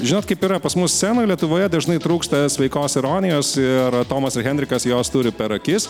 žinot kaip yra pas mus scenoj lietuvoje dažnai trūksta sveikos ironijos ir tomas ir henrikas jos turi per akis